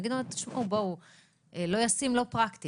והם יגידו לנו שזה לא ישים ולא פרקטי.